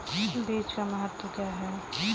बीज का महत्व क्या है?